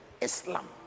Islam